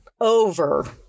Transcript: over